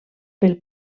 pel